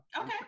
Okay